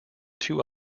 two